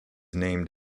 named